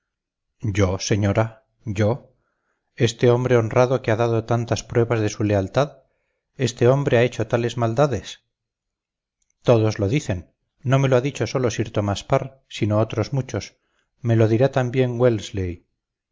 yo señora yo este hombre honrado que ha dado tantas pruebas de su lealtad este hombre ha hecho tales maldades todos lo dicen no me lo ha dicho sólo sir tomás parr sino otros muchos me lo dirá también wellesley